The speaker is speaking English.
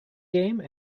game